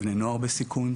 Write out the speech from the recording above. בני נוער בסיכון.